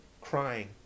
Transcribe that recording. crying